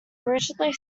originally